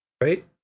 right